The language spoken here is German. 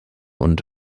und